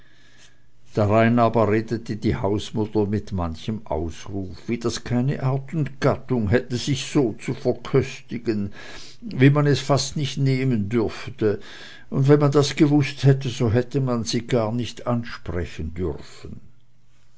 darein aber redete die hausmutter mit manchem ausruf wie das keine art und gattung hätte sich so zu verköstigen wie man es fast nicht nehmen dürfte und wenn man das gewußt hätte so hätte man sie gar nicht ansprechen dürfen